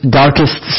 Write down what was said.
darkest